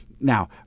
Now